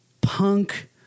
punk